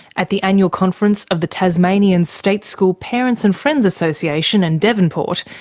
at the annual conference of the tasmanian state school parents and friends association in devonport,